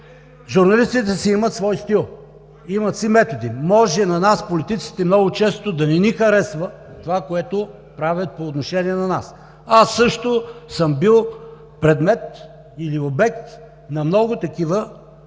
Журналистите си имат свой стил, имат си методи и може на нас политиците много често да не ни харесва това, което правят по отношение на нас. Аз също съм бил предмет или обект на много такива